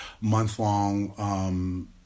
month-long